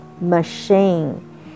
Machine